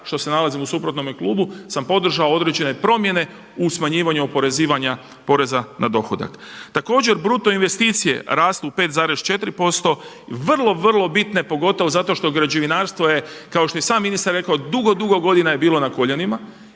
što se nalazim u suprotnome klubu sam podržao određene promjene u smanjivanju oporezivanja poreza na dohodak. Također bruto investicije rastu 5,4%. Vrlo, vrlo bitne pogotovo zato što građevinarstvo je kao što je i sam ministar rekao, dugo, dugo godina je bilo na koljenima.